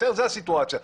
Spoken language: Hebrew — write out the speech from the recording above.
זאת הסיטואציה.